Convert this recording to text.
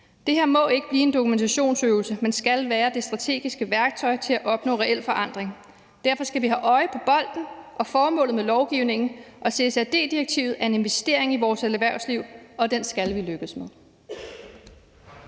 Det her må ikke blive en dokumentationsøvelse, men skal være et strategisk værktøj til at opnå reel forandring. Derfor skal vi have øjnene på bolden og på formålet med lovgivningen. CSRD-direktivet er en investering i vores erhvervsliv, og den skal vi lykkes med.